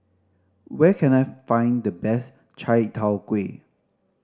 where can I find the best Chai Tow Kuay